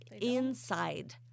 inside